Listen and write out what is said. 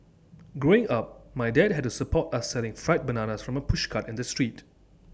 growing up my dad had to support us selling fried bananas from A pushcart in the street